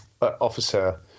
officer